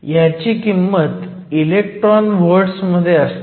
ह्याची किंमत electron volts मध्ये असते